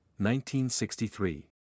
1963